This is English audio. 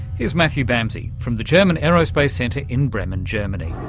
here's matthew bamsey from the german aerospace centre in bremen, germany.